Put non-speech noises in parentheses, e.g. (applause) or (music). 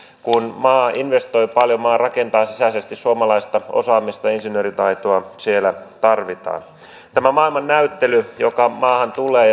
kun maa investoi paljon ja maa rakentaa sisäisesti suomalaista osaamista ja insinööritaitoa siellä tarvitaan tämä maailmannäyttely joka maahan tulee (unintelligible)